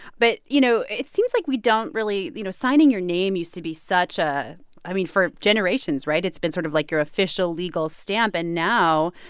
but, you know, it seems like we don't really you know signing your name used to be such a i mean for generations right? it's been sort of, like, your official, legal stamp. and now,